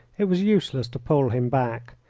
it was useless to pull him back.